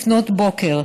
לפנות בוקר,